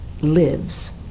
lives